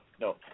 No